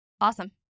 Awesome